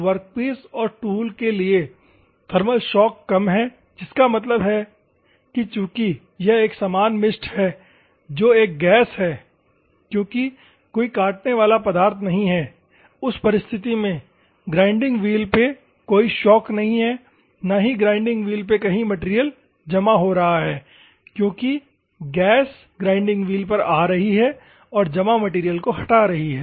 तो वर्कपीस और टूल के लिए थर्मल शॉक कम है इसका मतलब है कि चूंकि यह एक समान मिस्ट है जो एक गैस है क्योंकि कोई काटने वाला तरल पदार्थ नहीं है उस परिस्थिति में ग्राइंडिंग व्हील पे कोई शॉक नहीं है ना ही ग्राइंडिंग व्हील पर कही मैटेरियल जमा हो रहा है क्योंकि गैस ग्राइंडिंग व्हील पर आ रही है और जमा मैटेरियल को हटा रही है